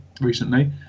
recently